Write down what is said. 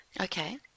okay